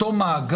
את מזועזעת ממנה,